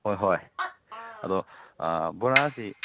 ꯍꯣꯏ ꯍꯣꯏ ꯑꯗꯣ ꯕꯣꯔꯥꯁꯤ